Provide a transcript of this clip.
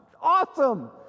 awesome